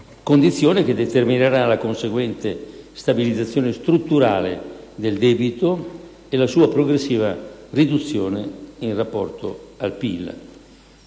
condizione che determinerà la conseguente stabilizzazione strutturale del debito e la sua progressiva riduzione in rapporto al PIL.